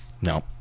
No